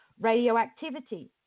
Radioactivity